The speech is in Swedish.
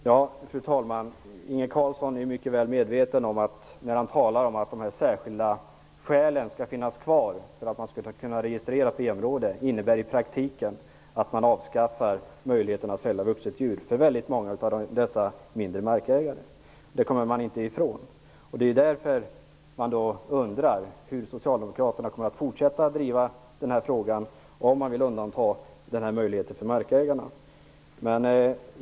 Fru talman! Inge Carlsson är väl medveten om att de särskilda skälen för registrering som B-område i praktiken innebär att man avskaffar möjligheten för många av de mindre markägarna att fälla ett vuxet djur. Det kommer man inte ifrån. Det är därför som man undrar hur socialdemokraterna kommer att fortsätta att driva den här frågan, om de nu vill undanta den här möjligheten till markägarna.